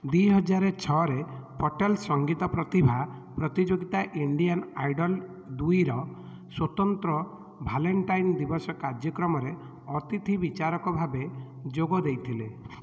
ଦୁଇ ହଜାର ଛଅରେ ପଟେଲ୍ ସଙ୍ଗୀତ ପ୍ରତିଭା ପ୍ରତିଯୋଗିତା ଇଣ୍ଡିଆନ୍ ଆଇଡ଼ଲ୍ ଦୁଇର ସ୍ୱତନ୍ତ୍ର ଭାଲେଣ୍ଟାଇନ୍ ଦିବସ କାର୍ଯ୍ୟକ୍ରମରେ ଅତିଥି ବିଚାରକ ଭାବେ ଯୋଗ ଦେଇଥିଲେ